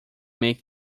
make